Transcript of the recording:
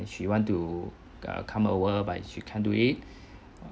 and she want to uh come over but she can't do it